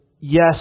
yes